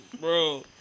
Bro